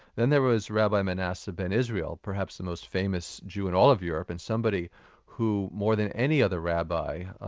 then there was rabbi menasseh ben israel, perhaps the most famous jew in all of europe, and somebody who more than any other rabbi,